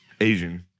Asian